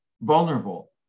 vulnerable